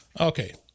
Okay